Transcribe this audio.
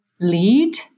lead